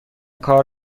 کار